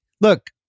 look